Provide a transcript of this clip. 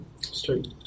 Straight